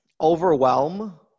Overwhelm